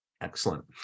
Excellent